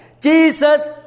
Jesus